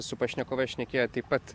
su pašnekovais šnekėjo taip pat